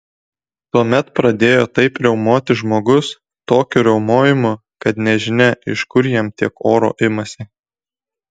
tuomet pradėjo taip riaumoti žmogus tokiu riaumojimu kad nežinia iš kur jam tiek oro imasi